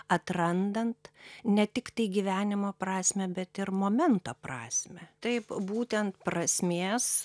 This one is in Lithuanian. atrandant ne tiktai gyvenimo prasmę bet ir momento prasmę taip būtent prasmės